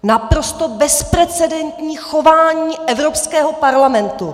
Naprosto bezprecedentní chování Evropského parlamentu!